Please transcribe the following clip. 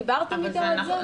דיברתם איתם על זה?